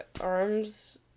arms